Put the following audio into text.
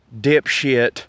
dipshit